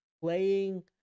playing